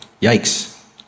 Yikes